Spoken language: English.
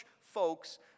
folks